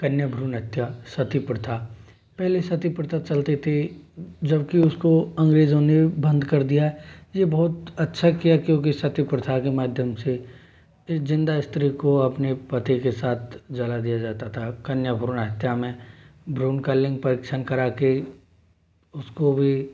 कन्या भ्रूण हत्या सती प्रथा पहले सती प्रथा चलती थी जबकि उसको अंग्रेजों ने बंद कर दिया ये बहुत अच्छा किया क्योंकि सती प्रथा के माध्यम से जिंदा स्त्री को अपने पति के साथ जला दिया जाता था कन्या भ्रूण हत्या में भ्रूण का लिंग परीक्षण कर के उसको भी